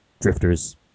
drifters